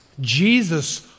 Jesus